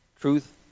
truth